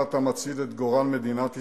אתה מצעיד את גורל מדינת ישראל,